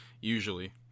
usually